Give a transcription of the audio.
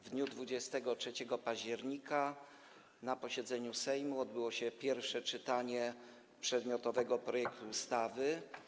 W dniu 23 października na posiedzeniu Sejmu odbyło się pierwsze czytanie przedmiotowego projektu ustawy.